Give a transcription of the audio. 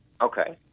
Okay